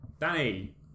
Danny